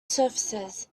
surfaces